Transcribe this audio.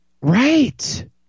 Right